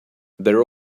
there